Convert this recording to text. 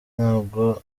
ntabwo